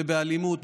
ובאלימות,